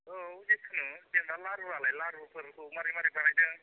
जेखुनु जेन'बा लारुआलाय लारुफोरखौ मारै मारै बानायदों